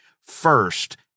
First